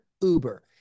uber